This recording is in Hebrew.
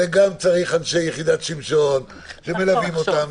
צריך אנשי יחידת שמשון שמלווים אותם,